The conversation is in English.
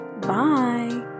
Bye